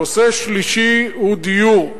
הנושא השלישי הוא דיור.